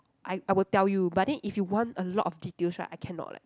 I I will tell you but then if you want a lot of details right I cannot leh